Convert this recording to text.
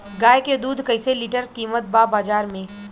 गाय के दूध कइसे लीटर कीमत बा बाज़ार मे?